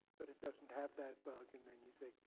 but it doesn't have that bug? and then you say,